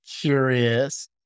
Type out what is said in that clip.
curious